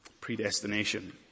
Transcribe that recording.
predestination